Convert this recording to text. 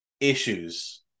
issues